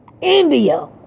India